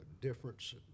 difference